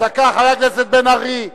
חבר הכנסת בן-ארי.